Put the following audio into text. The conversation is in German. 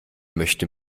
möchte